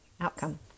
outcome